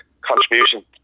contribution